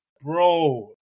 Bro